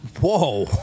Whoa